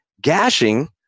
gashing